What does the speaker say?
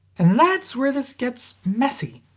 and that's where this gets messy.